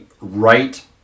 right